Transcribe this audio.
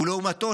ולעומתו,